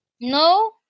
no